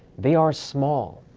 they are small.